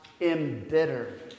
embitter